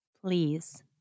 Please